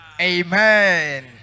Amen